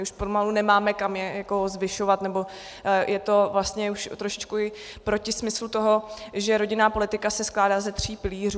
Už pomalu nemáme, kam je zvyšovat, nebo je to vlastně trošičku i proti smyslu toho, že rodinná politika se skládá ze tří pilířů.